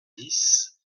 dix